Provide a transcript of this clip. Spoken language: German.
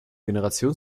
generation